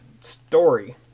story